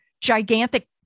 gigantic